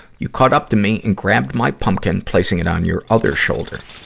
you caught up to me and grabbed my pumpkin, placing it on your other shoulder.